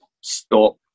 stop